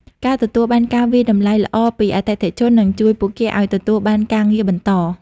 ការទទួលបានការវាយតម្លៃល្អពីអតិថិជន នឹងជួយពួកគេឱ្យទទួលបានការងារបន្ត។